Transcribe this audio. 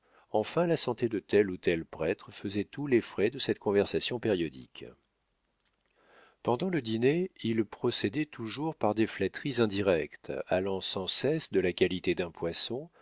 enfin la santé de tel ou tel prêtre faisaient tous les frais de cette conversation périodique pendant le dîner il procédait toujours par des flatteries indirectes allant sans cesse de la qualité d'un poisson